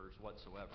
whatsoever